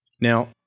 Now